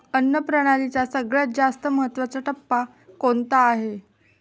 अन्न प्रणालीचा सगळ्यात जास्त महत्वाचा टप्पा कोणता आहे?